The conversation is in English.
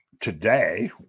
today